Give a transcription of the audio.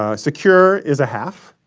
ah secure is a half